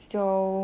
mm